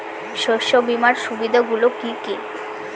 শস্য বিমার সুবিধাগুলি কি কি?